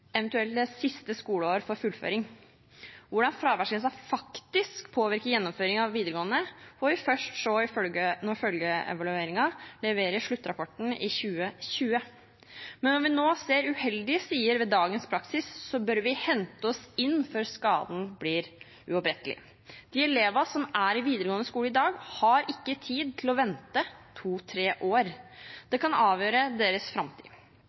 siste skoleår for fullføring. Hvordan fraværsgrensen faktisk påvirker gjennomføring av videregående, får vi først se når sluttrapporten etter følgeevalueringen leveres i 2020. Men om vi nå ser uheldige sider ved dagens praksis, bør vi hente oss inn før skaden blir uopprettelig. De elevene som er i videregående skole i dag, har ikke tid til å vente to–tre år. Det kan avgjøre deres framtid.